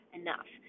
enough